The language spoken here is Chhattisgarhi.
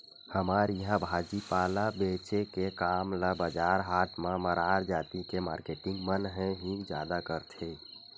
हमर इहाँ भाजी पाला बेंचे के काम ल बजार हाट म मरार जाति के मारकेटिंग मन ह ही जादा करथे